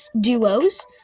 duos